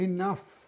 Enough